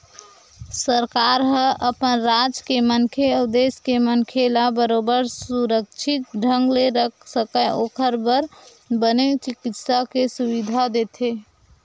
सरकार ह अपन राज के मनखे अउ देस के मनखे मन ला बरोबर सुरक्छित ढंग ले रख सकय ओखर बर बने चिकित्सा के सुबिधा देथे